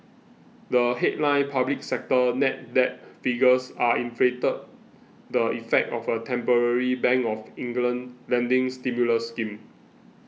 the headline public sector net debt figures are inflated the effect of a temporary Bank of England lending stimulus scheme